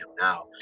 now